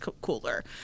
cooler